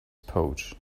pouch